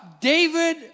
David